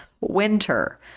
winter